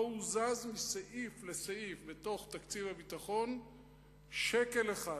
לא הוזז מסעיף לסעיף בתוך תקציב הביטחון שקל אחד.